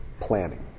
planning